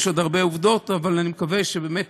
יש עוד הרבה עובדות, אבל אני מקווה שכולנו,